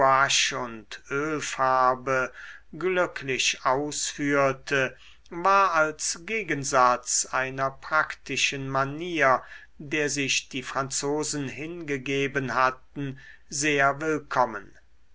und ölfarbe glücklich ausführte war als gegensatz einer praktischen manier der sich die franzosen hingegeben hatten sehr willkommen